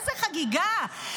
איזו חגיגה.